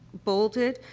bolded,